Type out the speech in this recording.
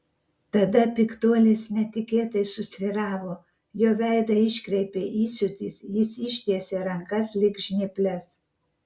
tada piktuolis netikėtai susvyravo jo veidą iškreipė įsiūtis jis ištiesė rankas lyg žnyples